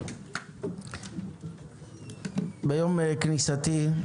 ביום כניסתי לוועדה שמנו לנגד עינינו שתי מטרות-על.